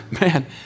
man